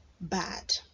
bad